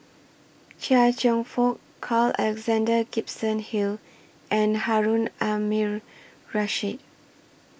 Chia Cheong Fook Carl Alexander Gibson Hill and Harun Aminurrashid